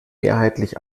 mehrheitlich